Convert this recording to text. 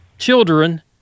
Children